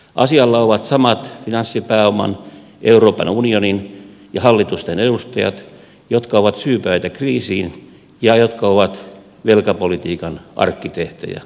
asialla ovat samat finanssipääoman euroopan unionin ja hallitusten edustajat jotka ovat syypäitä kriisiin ja jotka ovat velkapolitiikan arkkitehteja ja hyötyjiä